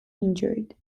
injured